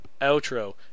outro